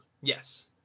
Yes